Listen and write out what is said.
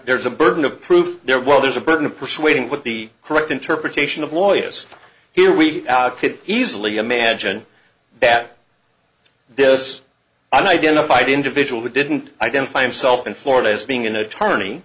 there's a burden of proof there well there's a burden of persuading with the correct interpretation of lawyers here we could easily imagine that this unidentified individual who didn't identify himself in florida as being an attorney